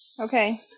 Okay